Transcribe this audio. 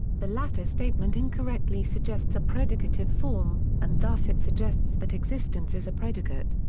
the latter statement incorrectly suggests a predicative form, and thus it suggests that existence is a predicate.